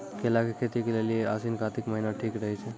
केला के खेती के लेली आसिन कातिक महीना ठीक रहै छै